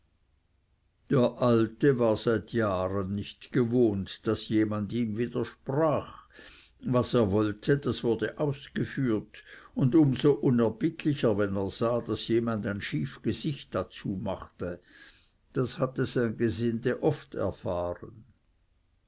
der alte war seit jahren nicht gewohnt daß jemand ihm widersprach was er wollte das wurde ausgeführt und um so unerbittlicher wenn er sah daß jemand ein schief gesicht dazu machte das hatte sein gesinde oft erfahren